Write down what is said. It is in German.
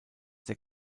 der